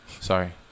Sorry